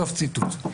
סוף ציטוט.